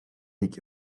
нэг